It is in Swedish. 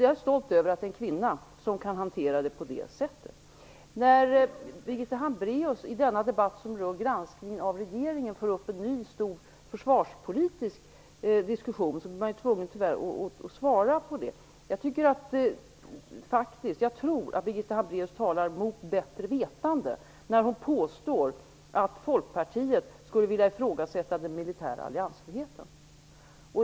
Jag är stolt över att det är en kvinna som kan hantera det på det sättet. När Birgitta Hambraeus i denna debatt, som rör granskningen av regeringen, för upp en ny stor försvarspolitisk diskussion blir man ju tyvärr tvungen att svara på det. Jag tror faktiskt att Birgitta Hambraeus talar mot bättre vetande när hon påstår att Folkpartiet skulle vilja ifrågasätta den militära alliansfriheten.